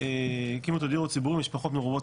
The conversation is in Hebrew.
כשהקימו את הדיור הציבורי משפחות מרובות